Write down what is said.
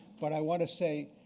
but i want to say